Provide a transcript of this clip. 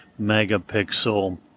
megapixel